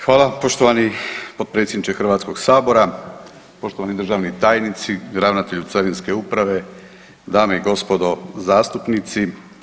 Hvala, poštovani potpredsjedniče Hrvatskog sabora, poštovani državni tajnici, ravnatelju Carinske uprave, dame i gospodo zastupnici.